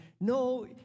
No